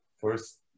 first